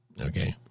Okay